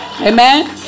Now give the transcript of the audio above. Amen